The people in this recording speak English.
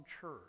church